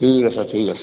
ঠিক আছে ঠিক আছে